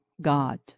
God